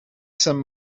some